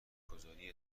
گذاری